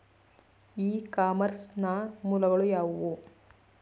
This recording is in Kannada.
ಇ ಕಾಮರ್ಸ್ ನ ಮೂಲಗಳು ಯಾವುವು?